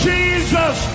Jesus